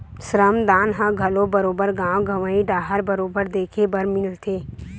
श्रम दान ह घलो बरोबर गाँव गंवई डाहर बरोबर देखे बर मिलथे